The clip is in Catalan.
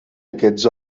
aquests